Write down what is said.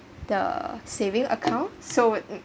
the saving account so would